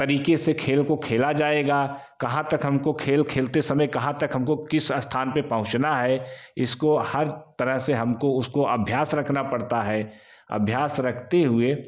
तरीके से खेल को खेला जाएगा कहाँ तक हमको खेल खेलते समय कहाँ तक हमको किस स्थान पर पहुँचना है इसको हर तरह से हमको उसको अभ्यास रखना पड़ता है अभ्यास रखते हुए